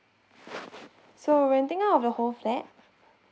so renting out of your whole flat